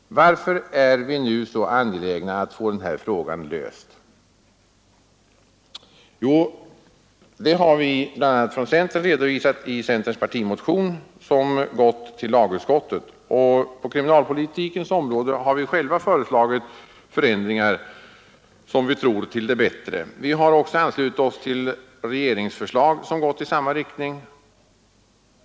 Varför är vi nu så angelägna att få den här frågan löst? Jo, det har vi redovisat i centerns partimotion, som gått till lagutskottet. På kriminalpolitikens område har vi själva föreslagit förändringar — som vi tror — till det bättre. Vi har också anslutit oss till regeringsförslag som gått i samma riktning.